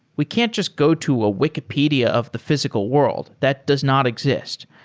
we can't just go to a wikipedia of the physical world that does not exist.